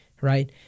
right